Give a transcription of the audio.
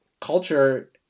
culture